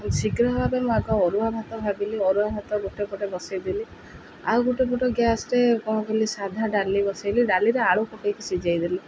ଶୀଘ୍ର ଭାବେ ମୁଁ ଆଗ ଅରୁଆ ଭାତ ଭାବିଲି ଅରୁଆ ଭାତ ଗୋଟେ ପଟେ ବସାଇଦେଲି ଆଉ ଗୋଟେ ପଟେ ଗ୍ୟାସରେ କ'ଣ କଲି ସାଧା ଡାଲି ବସାଇଲି ଡାଲିରେ ଆଳୁ ପକାଇକି ସିଝାଇ ଦେଲି